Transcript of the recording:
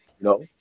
No